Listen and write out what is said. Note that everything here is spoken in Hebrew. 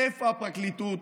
איפה הפרקליטות?